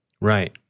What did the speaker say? Right